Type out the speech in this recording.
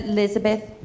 Elizabeth